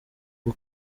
bwo